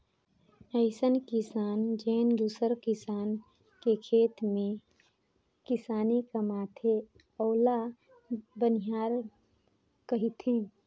अइसन किसान जेन दूसर किसान के खेत में किसानी कमाथे ओला बनिहार केहथे